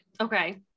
Okay